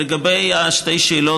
לגבי שתי השאלות